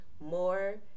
more